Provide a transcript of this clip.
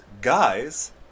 guys